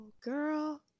girl